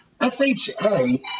FHA